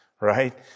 right